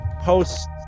post